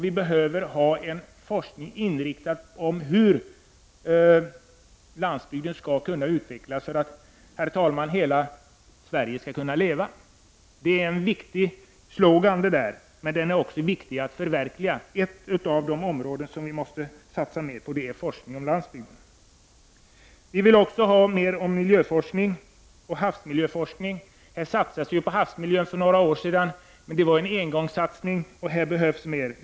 Vi behöver ha en forskning som är inriktad på hur landsbygden skall kunna utvecklas för att hela Sverige skall kunna leva. Detta är en viktig slogan, men det är också viktigt att förverkliga den. Ett av de områden som vi måste satsa mer på är forskning om landsbygden. Centerpartiet vill också ha mer miljöforskning och havsmiljöforskning. Det satsades på havsmiljön för några år sedan, men det var en engångssatsning. Här behövs mer.